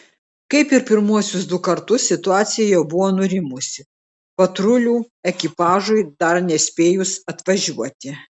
kaip ir pirmuosius du kartus situacija jau buvo nurimusi patrulių ekipažui dar nespėjus atvažiuoti